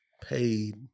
Paid